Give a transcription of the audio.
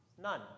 None